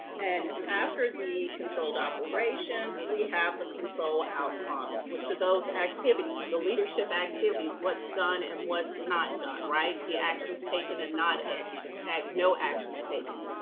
and, after the controlled operations, we have the control outcomes, which are those activities, the leadership activities, what's done and what's not done, right, the actions taken and not ex, no actions taken.